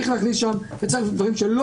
תוספת של זכויות למגילת הזכויות.